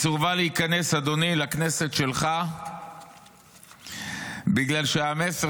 היא סורבה להיכנס לכנסת שלך בגלל שהמסר